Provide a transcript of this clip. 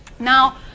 Now